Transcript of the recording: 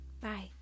Bye